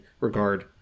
regard